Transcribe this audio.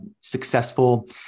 successful